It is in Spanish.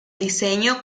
diseño